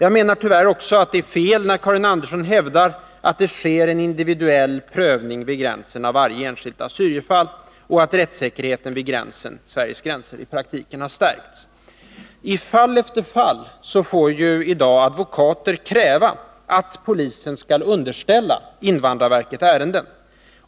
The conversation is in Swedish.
Jag menar också att det är fel när Karin Andersson hävdar att det sker en individuell prövning vid gränsen av varje enskilt assyrierfall och att rättssäkerheten vid Sveriges gränser i praktiken har stärkts. I fall efter fall får advokater i dag kräva att polisen skall underställa invandrarverket ärenden.